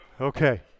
Okay